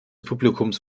publikums